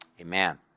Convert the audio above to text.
Amen